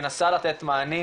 מנסה לתת מענים